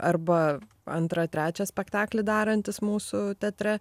arba antrą trečią spektaklį darantys mūsų teatre